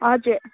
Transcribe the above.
हजुर